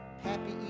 Happy